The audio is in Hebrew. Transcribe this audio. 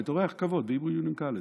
אורח כבוד בהיברו יוניון קולג'.